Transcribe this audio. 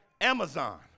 Amazon